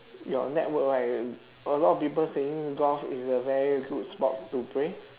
your network right a lot of people saying golf is a very good sport to play